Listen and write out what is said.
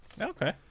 Okay